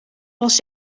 was